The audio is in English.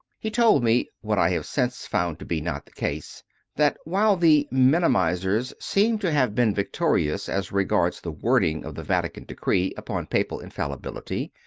he told me what i have since found to be not the case that while the minimizers seemed to have been victorious as regards the wording of the vatican decree upon papal infalli bility,